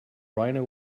rhino